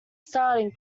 starting